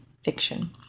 fiction